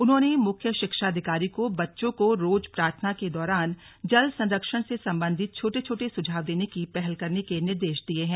उन्होंने मुख्य शिक्षा अधिकारी को बच्चों को रोज प्रार्थना के दौरान जल संरक्षण से सम्बन्धित छोटे छोटे सुझाव देने की पहल करने के निर्देश दिये हैं